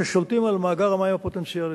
ששולטים על מאגר המים הפוטנציאלי.